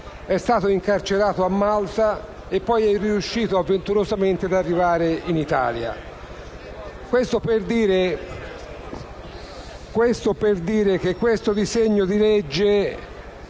è stato incarcerato a Malta e poi è riuscito avventurosamente ad arrivare in Italia. Questo per dire che questo disegno di legge